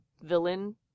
villain